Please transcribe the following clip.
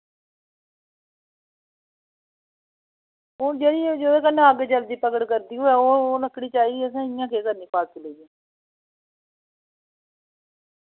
हू'न जेह्ड़ी जुदे कन्नै अग्ग जलदी पकड़ करदी होऐ ओ ओह् लकड़ी चाहिदी असें इ'य्यां केह् करनी फालतू लेइयै